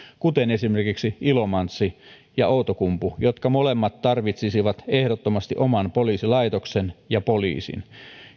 esimerkiksi ilomantsi ja outokumpu molemmat tarvitsisivat ehdottomasti oman poliisilaitoksen ja poliisin